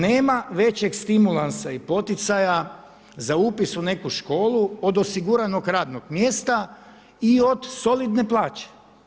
Nema većeg stimulansa i poticaja za upis u neku školu od osiguranog radnog mjesta i od solidne plaće.